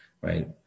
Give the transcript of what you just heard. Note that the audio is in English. Right